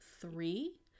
three